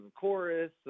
chorus